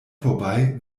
vorbei